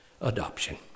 adoption